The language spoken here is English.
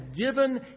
given